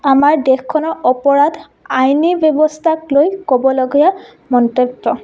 আমাৰ দেশখনৰ অপৰাধ আইনী ব্যৱস্থাক লৈ ক'বলগীয়া মন্তব্য